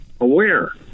aware